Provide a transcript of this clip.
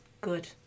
Good